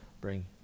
bring